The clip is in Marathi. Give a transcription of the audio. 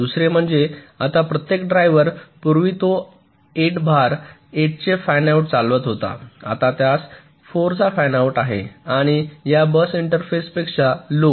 दुसरे म्हणजे आता प्रत्येक ड्रायव्हर पूर्वी तो 8 भार 8 चे फॅनआऊट चालवत होता आता त्यास 4 चा फॅनआऊट आहे आणि या बस इंटरफेसपेक्षा लो